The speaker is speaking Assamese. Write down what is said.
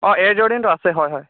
অঁ এয়াৰ জৰ্ডেনটো আছে হয় হয়